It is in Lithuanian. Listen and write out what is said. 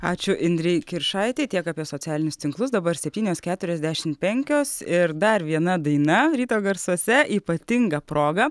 ačiū indrei kiršaitei tiek apie socialinius tinklus dabar septynios keturiasdešim penkios ir dar viena daina ryto garsuose ypatinga proga